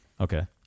Okay